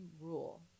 Rule